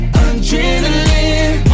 adrenaline